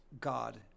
God